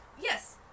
Yes